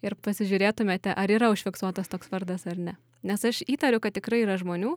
ir pasižiūrėtumėte ar yra užfiksuotas toks vardas ar ne nes aš įtariu kad tikrai yra žmonių